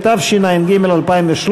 ו-2014),